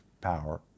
power